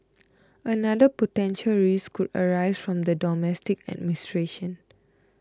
another potential risk could arise from the domestic administration